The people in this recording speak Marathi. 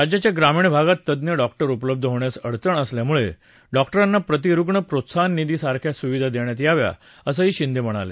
राज्याच्या ग्रामीण भागात तज्ज्ञ डॉक्टर उपलब्ध होण्यास अडचण असल्यामुळे डॉक्टरांना प्रति रुग्ण प्रोत्साहन निधी सारख्या सुविधा देण्यात याव्यात असंही शिंदे म्हणाले